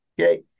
okay